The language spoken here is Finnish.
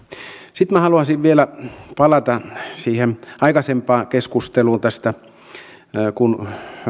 sitten haluaisin vielä palata siihen aikaisempaan keskusteluun tästä kun